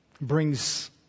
brings